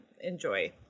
enjoy